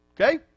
Okay